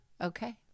Okay